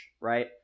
right